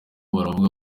baravuga